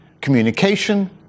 communication